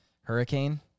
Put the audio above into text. Hurricane